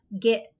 get